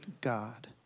God